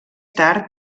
tard